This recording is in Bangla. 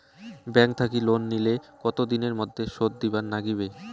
ব্যাংক থাকি লোন নিলে কতো দিনের মধ্যে শোধ দিবার নাগিবে?